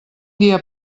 dia